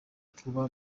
kuba